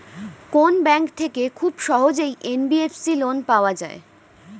কোন ব্যাংক থেকে খুব সহজেই এন.বি.এফ.সি লোন পাওয়া যায়?